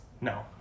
No